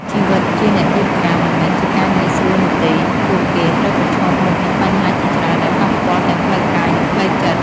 ជីវិតជាអ្នកយាមកាមមិនមែនជាការងាយស្រួលនោះទេ។ ពួកគេត្រូវប្រឈមមុខនឹងបញ្ហាជាច្រើនដែលប៉ះពាល់ទាំងផ្លូវកាយ និងផ្លូវចិត្ត។